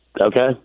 okay